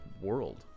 world